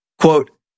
Quote